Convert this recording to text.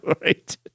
right